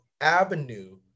avenue